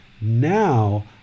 now